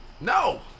no